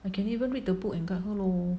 I can even read the book and guide her lor